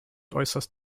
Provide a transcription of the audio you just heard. äußerst